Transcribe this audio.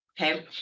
okay